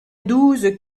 douze